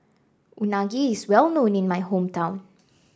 Unagi is well known in my hometown